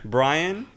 Brian